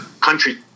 country